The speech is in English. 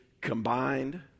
combined